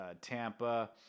Tampa